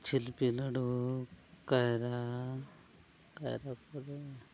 ᱡᱷᱤᱞᱯᱤ ᱞᱟᱹᱰᱩ ᱠᱟᱭᱨᱟ ᱠᱟᱭᱨᱟ ᱯᱚᱨᱮ